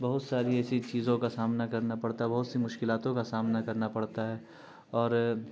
بہت ساری ایسی چیزوں کا سامنا کرنا پڑتا ہے بہت سی مشکلاتوں کا سامنا کرنا پڑتا ہے اور